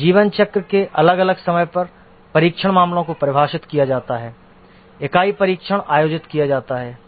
जीवन चक्र के अलग अलग समय पर परीक्षण मामलों को परिभाषित किया जाता है इकाई परीक्षण आयोजित किया जाता है